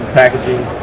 packaging